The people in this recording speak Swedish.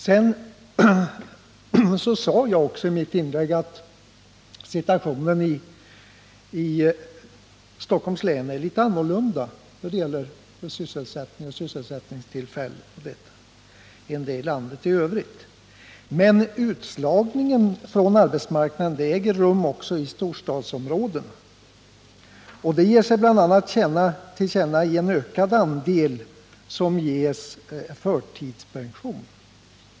Jag sade också i mitt inlägg att situationen i vad gäller sysselsättningen och sysselsättningstillfällen i Stockholms län är litet annorlunda än vad som är fallet i landet i övrigt. Utslagningen från arbetsmarknaden äger emellertid rum också i storstadsområden, och det ger sig bl.a. till känna därigenom att en ökad andel människor ges förtidspension.